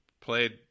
played